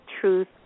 truth